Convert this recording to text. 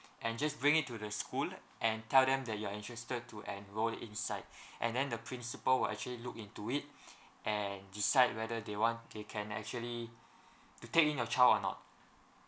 and just bring it to the school and tell them that you are interested to enroll inside and then the principal will actually look into it and decide whether they want they can actually to take in your child or not